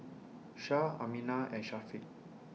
Shah Aminah and Syafiq